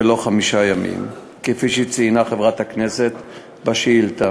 ולא חמישה ימים כפי שציינה חברת הכנסת בשאילתה.